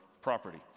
property